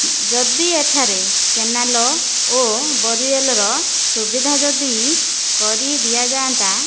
ଯଦି ଏଠାରେ କେନାଲ ଓ ବୋରିୱେଲର ସୁବିଧା ଯଦି କରି ଦିଆଯାନ୍ତା